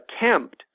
attempt